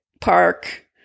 park